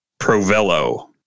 Provello